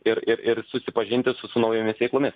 ir ir ir susipažinti su su naujomis veiklomis